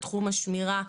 בתחום השמירה,